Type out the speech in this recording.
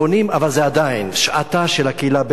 אבל זו עדיין שעתה של הקהילה הבין-לאומית